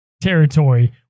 territory